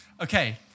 Okay